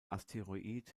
asteroid